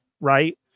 right